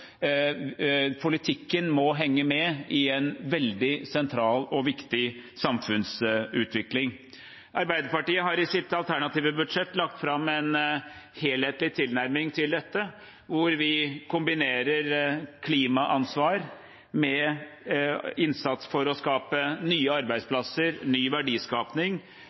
Politikken må henge med i en veldig sentral og viktig samfunnsutvikling. Arbeiderpartiet har i sitt alternative budsjett lagt fram en helhetlig tilnærming til dette, hvor vi kombinerer klimaansvar med innsats for å skape nye arbeidsplasser, ny